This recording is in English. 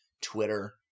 twitter